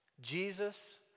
Jesus